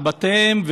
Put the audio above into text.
אל בתיהם,